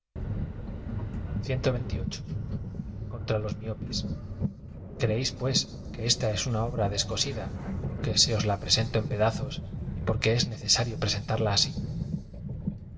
contra los miopes creéis pues que esta es una obra descosida por que ae oa la presento en pedazos y porque es necesa rio presentarla aai